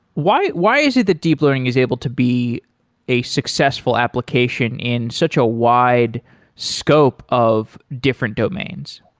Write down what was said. why why is it the deep learning is able to be a successful application in such a wide scope of different domains?